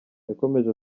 yakomeje